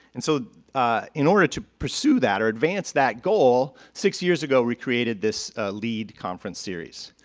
and so in order to pursue that or advance that goal, six years ago we created this lead conference series.